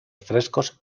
frescos